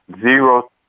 Zero